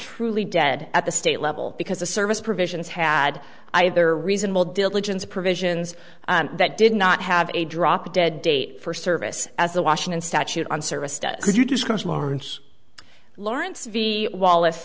truly dead at the state level because the service provision is had either reasonable diligence provisions that did not have a drop dead date for service as the washington statute on service does as you discussed lawrence lawrence v wallace